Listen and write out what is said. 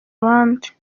abandi